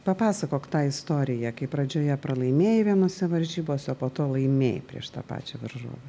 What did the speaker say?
papasakok tą istoriją kaip pradžioje pralaimėjai vienose varžybose o po to laimėjai prieš tą pačią varžovę